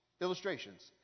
illustrations